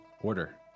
order